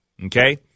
Okay